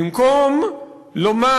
במקום לומר: